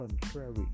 contrary